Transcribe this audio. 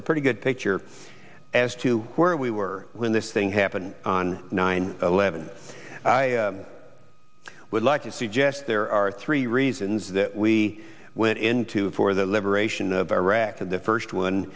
a pretty good picture as to where we were when this thing happened on nine eleven i would like to suggest there are three reasons that we went into for the liberation of iraq and the first one